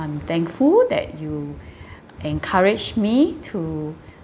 I'm thankful that you encouraged me to